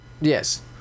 yes